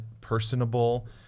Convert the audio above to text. personable